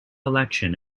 election